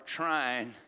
trying